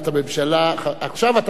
עכשיו אתה שואל אותו מה דעתו,